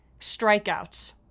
strikeouts